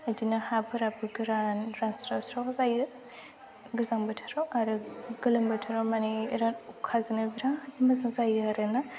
बिदिनो हाफोराबो गोरान रानस्राव सारव जायो गोजां बोथोराव आरो गोलोम बोथोराव माने बिराद अखाजोंनो बिराद मोजां जायो आरो ना